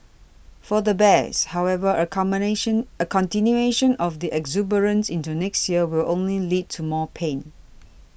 for the bears however a commination a continuation of the exuberance into next year will only lead to more pain